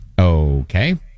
Okay